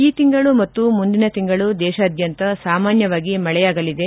ಈ ತಿಂಗಳ ಮತ್ತು ಮುಂದಿನ ತಿಂಗಳ ದೇಶಾದ್ಗಂತ ಮಳೆ ಸಾಮಾನ್ಗವಾಗಿ ಮಳೆಯಾಗಲಿದೆ